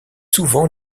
souvent